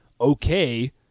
okay